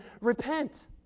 repent